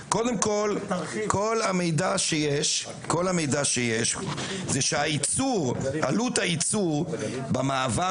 כל המידע שיש זה שעלות הייצור במעבר